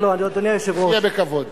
נחיה בכבוד.